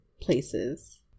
places